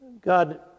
God